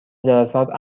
جلسات